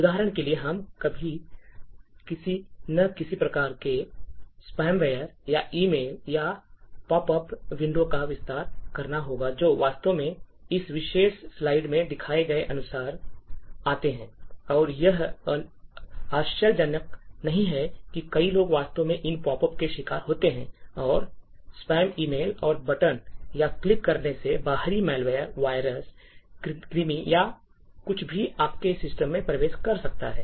उदाहरण के लिए हम सभी को किसी न किसी प्रकार के स्पैम वेयर या ईमेल या पॉप अप विंडो का विस्तार करना होगा जो वास्तव में इस विशेष स्लाइड में दिखाए गए अनुसार आते हैं और यह आश्चर्यजनक नहीं है कि कई लोग वास्तव में इन पॉप अप के शिकार होते हैं और स्पैम ईमेल और बटन पर क्लिक करने से बाहरी मैलवेयर वायरस कृमि या कुछ भी आपके सिस्टम में प्रवेश कर सकता है